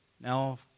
Now